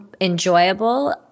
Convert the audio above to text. enjoyable